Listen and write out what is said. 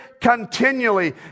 continually